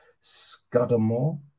Scudamore